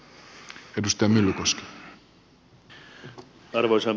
arvoisa puhemies